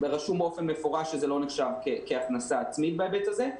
ורשום באופן מפורש שזה לא נחשב כהכנסה עצמית בהיבט הזה.